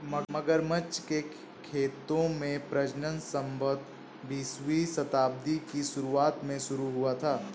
मगरमच्छ के खेतों में प्रजनन संभवतः बीसवीं शताब्दी की शुरुआत में शुरू हुआ था